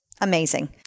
Amazing